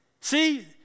See